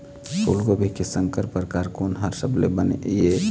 फूलगोभी के संकर परकार कोन हर सबले बने ये?